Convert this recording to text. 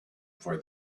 for